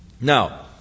Now